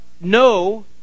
no